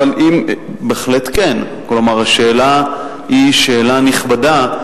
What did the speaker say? בהחלט כן, כלומר, השאלה היא שאלה נכבדה.